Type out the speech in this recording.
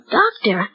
doctor